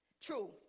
true